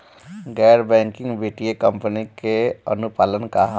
गैर बैंकिंग वित्तीय कंपनी के अनुपालन का ह?